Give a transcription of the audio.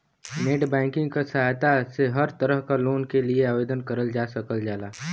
net banking क सहायता से हर तरह क लोन के लिए आवेदन करल जा सकल जाला